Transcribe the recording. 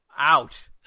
out